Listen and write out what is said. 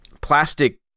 plastic